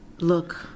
look